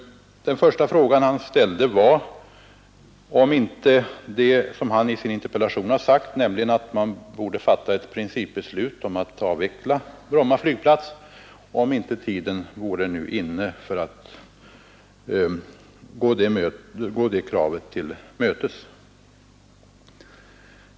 Den första frågan var om inte tiden, som han sagt i sin interpellation, vore inne att tillmötesgå det krav som man ställde i interpellationen, nämligen att fatta beslut om att avvecka Bromma flygplats.